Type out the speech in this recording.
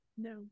No